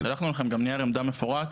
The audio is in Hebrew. גם שלחנו לכם נייר עמדה מפורט.